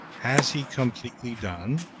has he completely done?